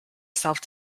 self